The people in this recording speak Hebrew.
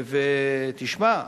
תשמע,